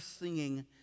singing